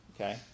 Okay